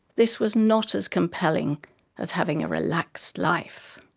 this was not as compelling as having a relaxed life.